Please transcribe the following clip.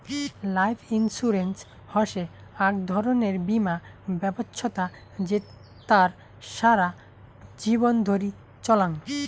life insurance হসে আক ধরণের বীমা ব্যবছস্থা জেতার সারা জীবন ধরি চলাঙ